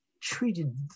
treated